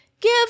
give